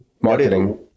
marketing